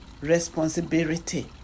responsibility